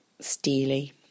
steely